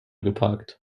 geparkt